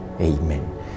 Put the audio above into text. Amen